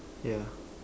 ya